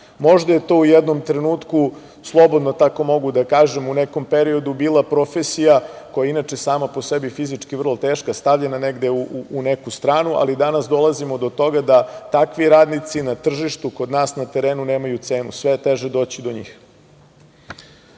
je to u jednom trenutku, slobodno tako mogu da kažem, u nekom periodu bila profesija koja je inače sama po sebi fizički vrlo teška, stavljena negde u neku stranu, ali danas dolazimo do toga da takvi radnici na tržištu kod nas na terenu nemaju cenu. Sve je teže doći do njih. Što